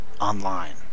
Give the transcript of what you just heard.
online